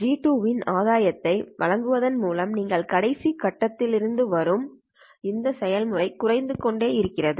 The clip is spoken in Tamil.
ஜி2 இன் ஆதாயம் ஐ வழங்குவதன் மூலம் நீங்கள் கடைசி கட்டத்திற்கு வரும் வரை இந்த செயல்முறை குறைத்துக்கொண்டே இருக்கிறது